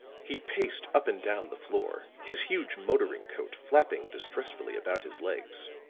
he paced up and down the floor, his huge motoring coat flapping distressfully about his legs.